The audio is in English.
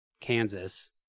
Kansas